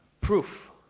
proof